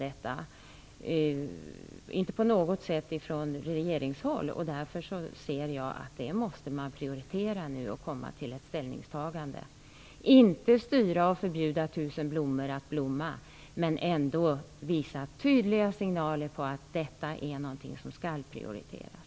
Jag tycker att man nu måste prioritera detta och komma fram till ställningstagande, inte styra och förbjuda tusen blommor att blomma men ändå ge tydliga signaler om att detta är någonting som skall prioriteras.